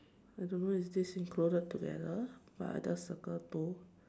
I don't know if this is included together but I just circle two